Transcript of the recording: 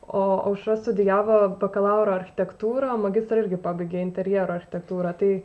o aušra studijavo bakalaurą architektūrą magistrą irgi pabaigė interjero architektūrą tai